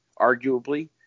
arguably